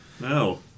No